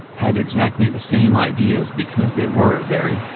had exactly the same ideas because they were very,